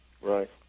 Right